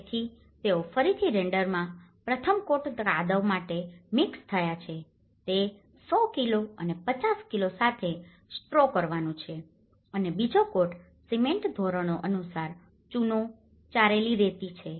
તેથી તેઓ ફરીથી રેન્ડરમાં પ્રથમ કોટ કાદવ સાથે મિક્સ્ડ થયા છે તે 100kg અને 50kg સાથે સ્ટ્રો કરવાનું છે અને બીજો કોટ સિમેન્ટ ધોરણો અનુસાર ચૂનો ચારેલી રેતી છે